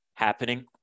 happening